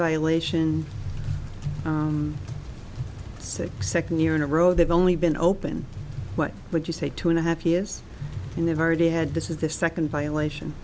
violation six second year in a row they've only been open what would you say two and a half years and they've already had this is the second violation